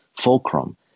fulcrum